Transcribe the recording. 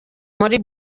muri